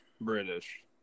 British